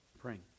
Praying